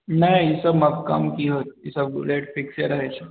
नहि ई सबमे कम कि होयत ई सबके रेट फिक्से रहैत छै